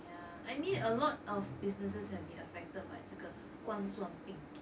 ya I mean a lot of businesses have been affected by 冠状病